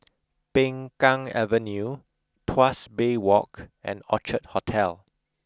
Peng Kang Avenue Tuas Bay Walk and Orchard Hotel